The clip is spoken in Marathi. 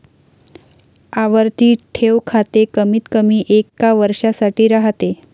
आवर्ती ठेव खाते कमीतकमी एका वर्षासाठी राहते